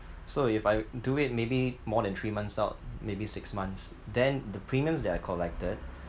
so if I do it maybe more than three months out maybe six months then the premiums that I collected